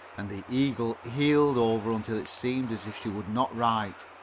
and the eagle heeled over until if seemed as if she would not right.